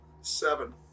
Seven